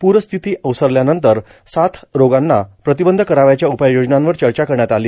पूरस्थिती ओसरल्यानंतर साथरोगांना प्रतिबंध करावयाच्या उपाययोजनांवर चर्चा करण्यात आली